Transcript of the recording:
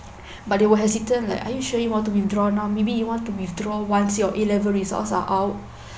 but they were hesitant like are you sure you want to withdraw now maybe you want to withdraw once your A level results are out